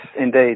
indeed